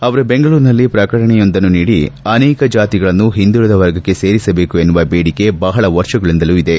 ಅವರು ಬೆಂಗಳೂರಿನಲ್ಲಿ ಪ್ರಕಟಣೆಯೊಂದನ್ನು ನೀಡಿ ಅನೇಕ ಜಾತಿಗಳನ್ನು ಹಿಂದುಳದ ವರ್ಗಕ್ಕೆ ಸೇರಿಸಬೇಕು ಎನ್ನುವ ಬೇಡಿಕೆ ಬಹಳ ವರ್ಷಗಳಿಂದಲೂ ಇದೆ